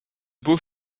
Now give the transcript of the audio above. beau